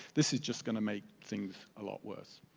this is just gonna make things a lot worse.